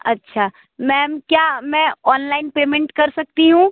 अच्छा मैम क्या मैं ऑनलाइन पेमेंट कर सकती हूं